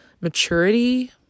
maturity